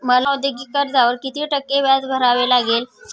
मला औद्योगिक कर्जावर किती टक्के व्याज भरावे लागेल?